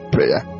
Prayer